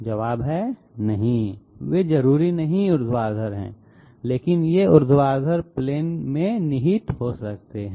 जवाब है नहीं वे जरूरी नहीं ऊर्ध्वाधर हैं लेकिन वे ऊर्ध्वाधर प्लेन में निहित हो सकते हैं